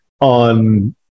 on